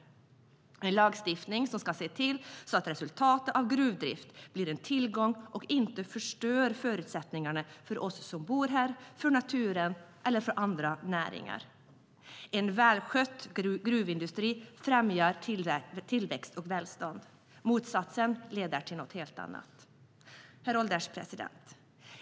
Det är en lagstiftning som ska se till att resultatet av gruvdriften blir en tillgång och inte förstör förutsättningarna för oss som bor här, för naturen eller för andra näringar. En välskött gruvindustri främjar tillväxt och välstånd. Motsatsen leder till något helt annat. Herr ålderspresident!